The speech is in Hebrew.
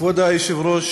כבוד היושב-ראש,